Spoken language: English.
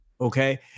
okay